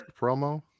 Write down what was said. promo